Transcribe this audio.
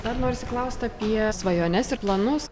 dar norisi klausti apie svajones ir planus